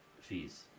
fees